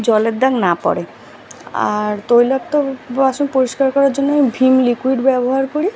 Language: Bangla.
জলের দাগ না পড়ে আর তৈলাক্ত বাসন পরিষ্কার করার জন্যে ভীম লিক্যুইড ব্যবহার করি